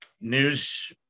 news